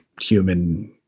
human